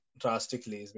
drastically